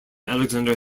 alexander